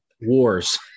wars